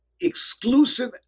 exclusive